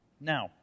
Now